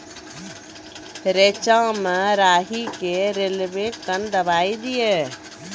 रेचा मे राही के रेलवे कन दवाई दीय?